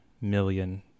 million